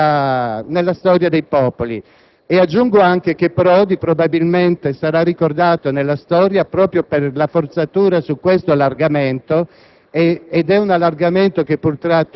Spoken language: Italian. davvero nella storia dei popoli. E sottolineo che Prodi, probabilmente, sarà ricordato nella storia proprio per la forzatura su questo allargamento,